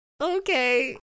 okay